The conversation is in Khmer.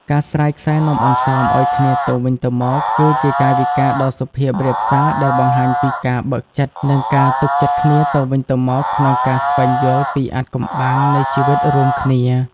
ការស្រាយខ្សែនំអន្សមឱ្យគ្នាទៅវិញទៅមក គឺជាកាយវិការដ៏សុភាពរាបសារដែលបង្ហាញពីការបើកចិត្ត និងការទុកចិត្តគ្នាទៅវិញទៅមកក្នុងការស្វែងយល់ពីអាថ៌កំបាំងនៃជីវិតរួមគ្នា។